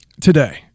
today